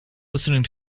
listening